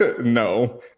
no